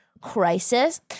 crisis